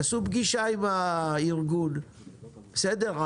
תעשו פגישה עם הארגון, בסדר?